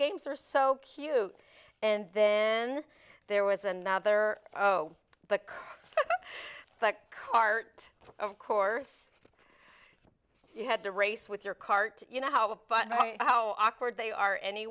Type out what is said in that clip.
games are so cute and then there was another oh but like heart of course you had to race with your cart you know how but i mean how awkward they are any